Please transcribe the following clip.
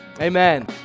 Amen